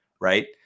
right